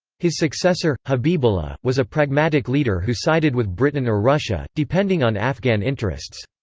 his successor, habibullah, was a pragmatic leader who sided with britain or russia, depending on afghan interests.